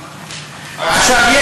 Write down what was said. עכשיו,